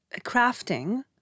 crafting